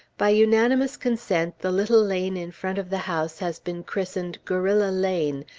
by unanimous consent, the little lane in front of the house has been christened guerrilla lane,